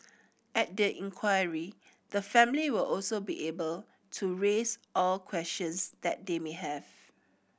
at the inquiry the family will also be able to raise all questions that they may have